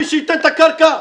מי שייתן את הקרקע,